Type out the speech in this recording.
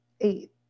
eight